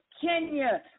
Kenya